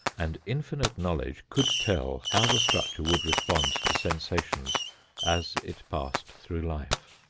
and infinite knowledge could tell how the structure would respond to sensations as it passed through life.